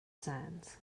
sands